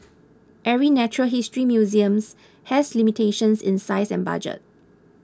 every natural history museums has limitations in size and budget